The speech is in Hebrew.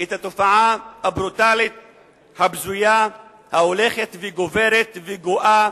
את התופעה הברוטלית והבזויה, ההולכת וגוברת וגואה